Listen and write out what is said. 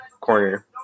corner